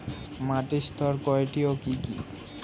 মাটির স্তর কয়টি ও কি কি?